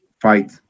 fight